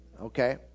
Okay